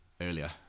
earlier